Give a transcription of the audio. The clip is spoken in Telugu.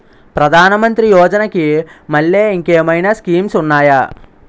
ప్రధాన మంత్రి యోజన కి మల్లె ఇంకేమైనా స్కీమ్స్ ఉన్నాయా?